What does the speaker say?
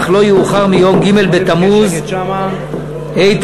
אך לא יאוחר מיום ג' בתמוז התשע"ג,